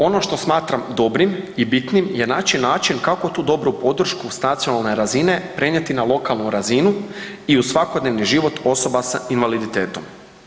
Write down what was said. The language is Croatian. Ono što smatram dobrim i bitnim je naći način kako tu dobru podršku s nacionalne razine prenijeti na lokalnu razinu i u svakodnevni život osoba s invaliditetom.